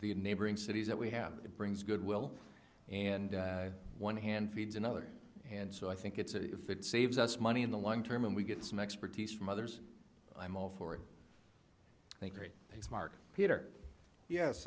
the neighboring cities that we have it brings goodwill and one hand feeds another and so i think it's if it saves us money in the long term and we get some expertise from others i'm all for it i think very thanks mark peter yes